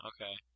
Okay